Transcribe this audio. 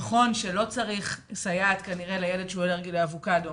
נכון שלא צריך כנראה סייעת לילד אלרגי לאבוקדו